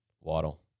Waddle